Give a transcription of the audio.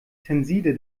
tenside